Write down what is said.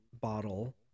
bottle